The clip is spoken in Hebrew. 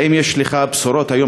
האם יש לך בשורות היום,